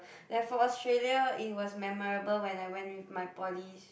like for Australia it was memorable when I went with my poly's